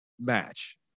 match